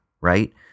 right